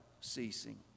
ceasing